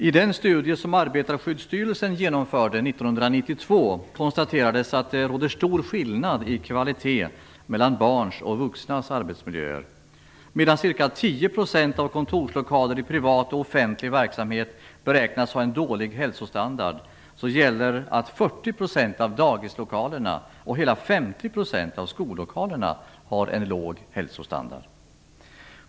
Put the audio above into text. I den studie som Arbetarskydsstyrelsen genomförde 1992 konstaterades att det råder stor skillnad i kvalitet mellan barns och vuxnas arbetsmiljöer. Medan ca 10 % av kontorslokaler i privat och offentlig verksamhet beräknas ha en dålig hälsostandard gäller att 40 % av dagislokalerna och hela 50 % av skollokalerna har en låg hälsostandard.